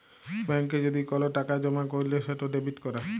ব্যাংকে যদি কল টাকা জমা ক্যইরলে সেট ডেবিট ক্যরা